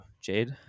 Jade